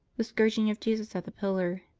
the scourging of jesus at the pillar.